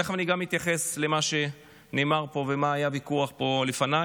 תכף אני גם אתייחס למה שנאמר פה ועל מה היה הוויכוח פה לפניי,